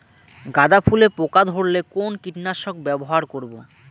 গাদা ফুলে পোকা ধরলে কোন কীটনাশক ব্যবহার করব?